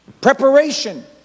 Preparation